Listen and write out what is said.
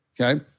okay